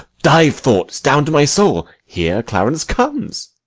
dive, thoughts, down to my soul here clarence comes.